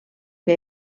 que